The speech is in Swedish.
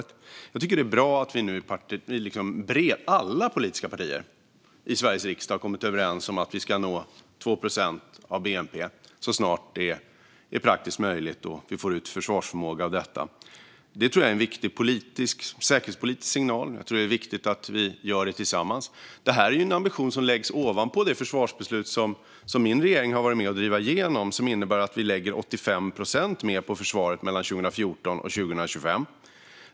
Jag tycker att det är bra att vi nu i alla politiska partier i Sveriges riksdag har kommit överens om att vi ska nå 2 procent av bnp så snart det är praktiskt möjligt och vi får ut försvarsförmåga av detta. Det tror jag är en viktig säkerhetspolitisk signal, och det är viktigt att vi gör det tillsammans. Det här är en ambition som läggs ovanpå det försvarsbeslut som min regering har varit med om att driva igenom. Det innebär att vi lägger 85 procent mer på försvaret mellan 2014 och 2025.